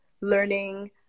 learning